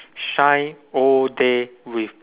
shine all day with